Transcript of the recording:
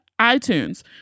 iTunes